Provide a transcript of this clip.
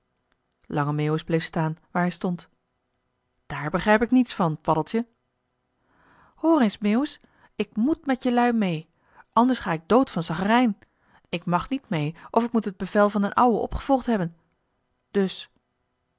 lange meeuwis bleef staan waar hij stond joh h been paddeltje de scheepsjongen van michiel de ruijter daar begrijp ik niets van paddeltje hoor eens meeuwis ik moet met jelui mee anders ga ik dood van saggerijn ik mag niet mee of ik moet het bevel van d'n ouwe opgevolgd hebben dus